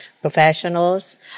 professionals